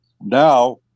now